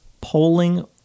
polling